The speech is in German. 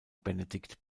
benedikt